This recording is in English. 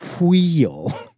Wheel